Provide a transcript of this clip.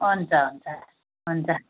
हुन्छ हुन्छ हुन्छ